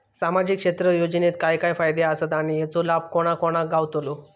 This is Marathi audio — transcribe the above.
सामजिक क्षेत्र योजनेत काय काय फायदे आसत आणि हेचो लाभ कोणा कोणाक गावतलो?